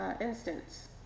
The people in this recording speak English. instance